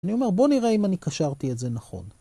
אני אומר, בוא נראה אם אני קשרתי את זה נכון.